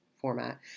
format